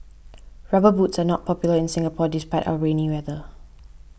rubber boots are not popular in Singapore despite our rainy weather